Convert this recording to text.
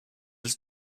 des